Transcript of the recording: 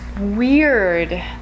weird